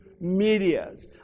medias